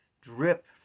drip